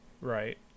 Right